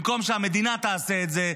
במקום שהמדינה תעשה את זה,